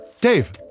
Dave